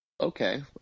Okay